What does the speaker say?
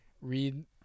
read